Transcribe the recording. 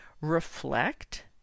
reflect